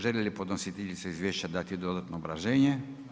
Želi li podnositeljica izvješća dati dodatno obrazloženje?